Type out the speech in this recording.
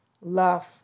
Love